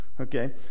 okay